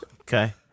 okay